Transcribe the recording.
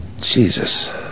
Jesus